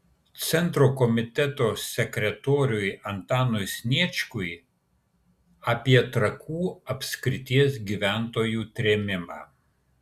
centro komiteto sekretoriui antanui sniečkui apie trakų apskrities gyventojų trėmimą